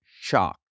shock